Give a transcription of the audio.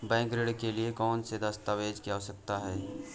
Bank ऋण के लिए कौन से दस्तावेजों की आवश्यकता है?